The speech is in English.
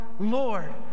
lord